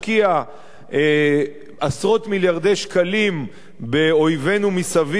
עשרות מיליארדי שקלים באויבינו מסביב,